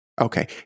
Okay